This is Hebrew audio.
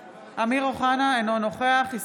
אינו נוכח אמיר אוחנה,